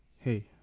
Hey